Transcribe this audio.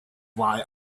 why